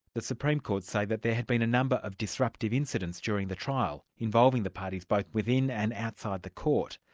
the supreme court say that there had been a number of disruptive incidents during the trial involving the parties both within and outside the court.